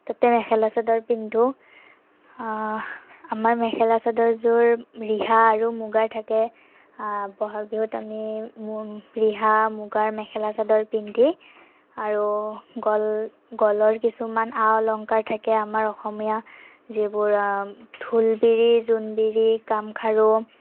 তাতে মেখেলা চাদৰ পিন্ধোঁ আমাৰ মেখেলা চাদৰযোৰ ৰিহা আৰু মুগাৰ থাকে বহাগবিহুত আমি ৰিহা মুগাৰ মেখেলা চাদৰ পিন্ধি আৰু গল গলৰ কিছুমান আ অলংকাৰ থাকে আমাৰ অসমীয়া যিবোৰ ঢোলবিৰি জোনবিৰি গামখাৰু